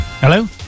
hello